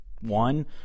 one